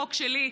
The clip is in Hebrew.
חוק שלי,